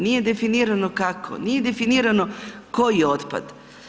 Nije definirano kako, nije definirano koji otpad.